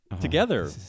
Together